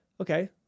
Okay